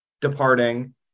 departing